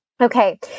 Okay